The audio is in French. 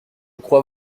crois